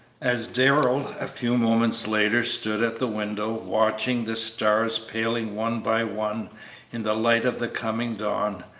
as darrell, a few moments later, stood at the window, watching the stars paling one by one in the light of the coming dawn,